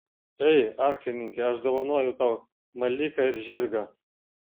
ei arklininke aš dovanoju tau maliką ir žirgą